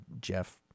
Jeff